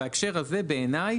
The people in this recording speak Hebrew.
בהקשר הזה בעיני,